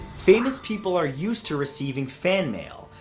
famous people are used to receiving fan mail.